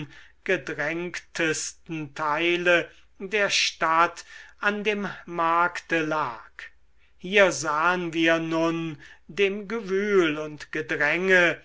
gedrängtesten teile der stadt an dem markte lag hier sahen wir nun dem gewühl und gedränge